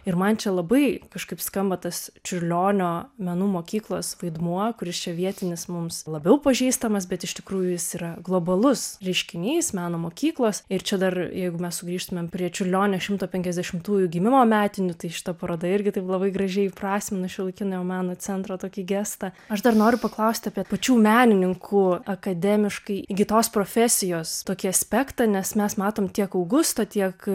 ir man čia labai kažkaip skamba tas čiurlionio menų mokyklos vaidmuo kuris čia vietinis mums labiau pažįstamas bet iš tikrųjų jis yra globalus reiškinys meno mokyklos ir čia dar jeigu mes sugrįžtumėm prie čiurlionio šimto penkiasdešimtųjų gimimo metinių tai šita paroda irgi taip labai gražiai įprasmina šiuolaikinio meno centro tokį gestą aš dar noriu paklausti apie pačių menininkų akademiškai įgytos profesijos tokį aspektą nes mes matom tiek augusto tiek